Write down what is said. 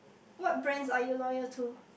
what brands are you loyal to